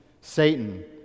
Satan